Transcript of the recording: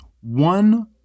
One